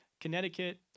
Connecticut